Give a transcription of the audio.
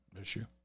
issue